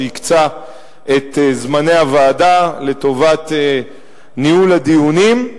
שהקצה את זמני הוועדה לטובת ניהול הדיונים.